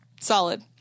Solid